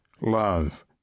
love